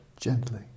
gently